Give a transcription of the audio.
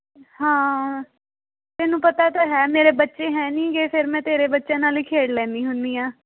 ਹਾਂ ਤੈਨੂੰ ਪਤਾ ਤਾਂ ਹੈ ਮੇਰੇ ਬੱਚੇ ਹੈ ਨਹੀਂ ਹੈਗੇ ਫਿਰ ਮੈਂ ਤੇਰੇ ਬੱਚਿਆਂ ਨਾਲ ਹੀ ਖੇਡ ਲੈਂਦੀ ਹੁੰਦੀ ਹਾਂ